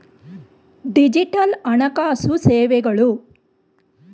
digital ಹಣಕಾಸು ಸೇವೆಗಳು